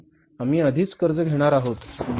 म्हणून आम्ही आधीच कर्ज घेणार आहोत